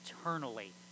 eternally